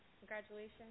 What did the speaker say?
Congratulations